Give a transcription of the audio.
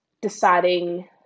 deciding